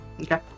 Okay